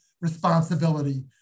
responsibility